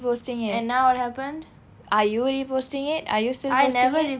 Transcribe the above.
and now what happened are you reposting it are you still posting it